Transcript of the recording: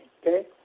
okay